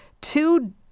two